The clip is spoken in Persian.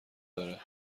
داره